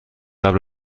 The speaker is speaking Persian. قبل